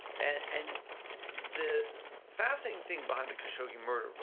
and the fascinating thing behind the khashoggi murder, but